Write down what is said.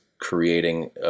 creating